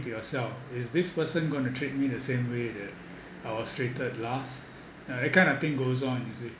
to yourself is this person going to treat me the same way that I was treated last that kind of thing goes on you see